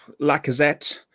Lacazette